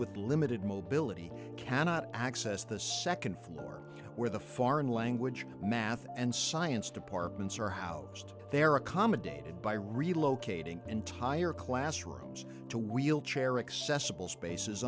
with limited mobility cannot access the second floor where the foreign language math and science departments are housed there are accommodated by relocating entire classrooms to wheelchair accessible spaces